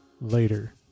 later